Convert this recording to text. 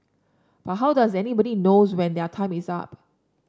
but how does anybody knows when their time is up